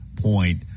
point